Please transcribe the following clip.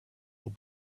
will